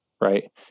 right